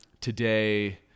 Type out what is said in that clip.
today